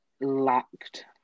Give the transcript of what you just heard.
lacked